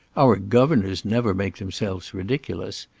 our governors never make themselves ridiculous.